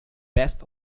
best